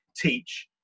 teach